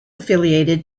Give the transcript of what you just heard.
affiliated